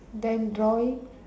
then drawing